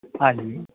ਹਾਂਜੀ